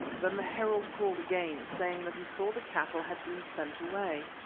then the herald called again, saying that he saw the cattle had been sent away.